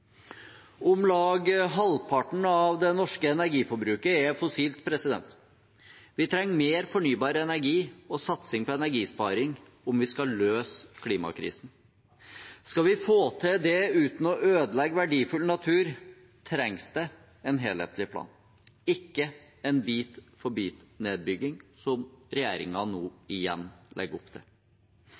det norske energiforbruket er fossilt. Vi trenger mer fornybar energi og satsing på energisparing om vi skal løse klimakrisen. Skal vi få til det uten å ødelegge verdifull natur, trengs det en helhetlig plan, ikke en bit-for-bit-nedbygging, som regjeringen nå igjen legger opp til.